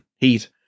heat